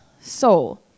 soul